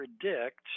predict